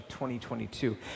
2022